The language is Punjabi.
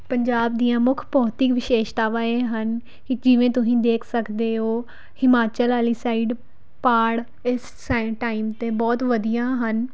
ਪੰਜਾਬ ਦੀਆਂ ਮੁੱਖ ਭੌਤਿਕ ਵਿਸ਼ੇਸ਼ਤਾਵਾਂ ਇਹ ਹਨ ਕਿ ਜਿਵੇਂ ਤੁਸੀਂ ਦੇਖ ਸਕਦੇ ਹੋ ਹਿਮਾਚਲ ਵਾਲੀ ਸਾਈਡ ਪਹਾੜ ਇਸ ਸਾਈਨ ਟਾਈਮ 'ਤੇ ਬਹੁਤ ਵਧੀਆ ਹਨ